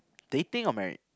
dating or married